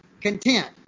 content